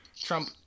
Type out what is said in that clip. Trump